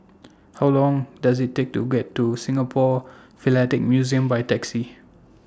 How Long Does IT Take to get to Singapore Philatelic Museum By Taxi